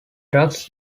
drugs